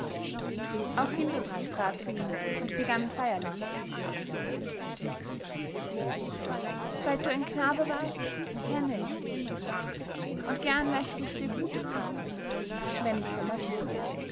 auch hildebrand trat zu ihm und begann feierlich seit du ein knabe warst kenne ich dich und gern möchte ich dir gutes raten wenn ich vermöchte